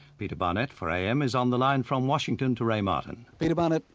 peter barnett for am is on the line from washington to ray martin. peter barnett,